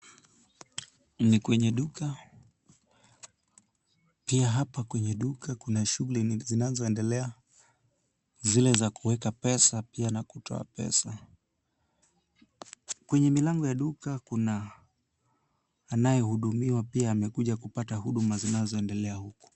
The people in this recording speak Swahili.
Ni kwenye duka, pia hapa kwenye duka kuna shughuli zinazoendelea. Zile za kuweka pesa pia na kutoa pesa. Kwenye milango ya duka kuna anayehudumiwa, pia amekuja kupata huduma zinazoendelea huku.